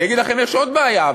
אני אגיד לכם, יש עוד בעיה: